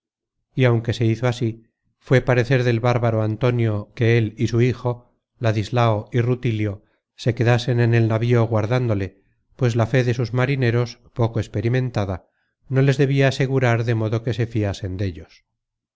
y aunque se hizo así fué parecer del bárbaro antonio que él y su hijo ladislao y rutilio se quedasen en el navío guardándole pues la fe de sus marineros poco experimentada no les debia asegurar de modo que se fiasen dellos